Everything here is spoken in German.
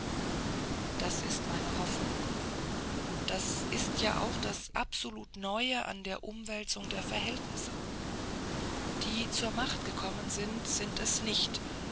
das ist meine hoffnung das ist ja das absolut neue an der umwälzung der verhältnisse die zur macht gekommen sind sind es nicht